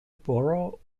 borough